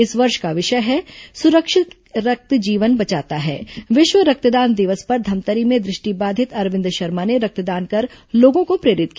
इस वर्ष का विषय है सुरक्षित रक्त जीवन बचाता है विश्व रक्तदान दिवस पर धमतरी में दृष्टिबाधित अरविंद शर्मा ने रक्तदान कर लोगों को प्रेरित किया